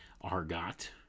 Argot